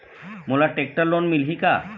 मोला tractor loan मिलही का?